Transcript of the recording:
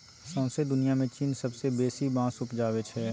सौंसे दुनियाँ मे चीन सबसँ बेसी बाँस उपजाबै छै